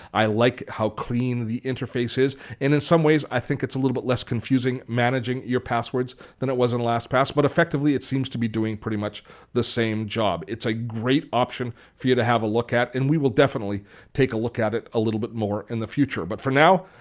i like how clean the interface is and in some ways, i think it's a little bit less confusing managing your passwords than it was in lastpass but effectively it seems to be doing pretty much the same job. it's a great option for you to have a look at and we will definitely take a look at it a little bit more in the future. but for now,